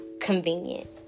convenient